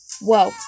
Whoa